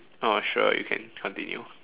oh sure you can continue